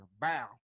Bow